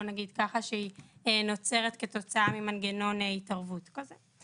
שהיא נוצרת כתוצאה ממנגנון התערבות כזה.